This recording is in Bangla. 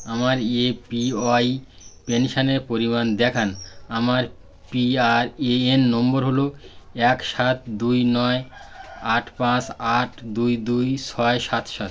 আমার এপিওয়াই পেনশনের পরিমাণ দেখান আমার পিআরএএন নম্বর হল এক সাত দুই নয় আট পাঁচ আট দুই দুই ছয় সাত সাত